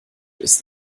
ist